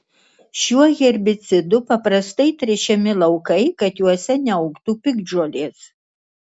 šiuo herbicidu paprastai tręšiami laukai kad juose neaugtų piktžolės